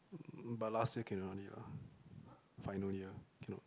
um but last year cannot already ah final year cannot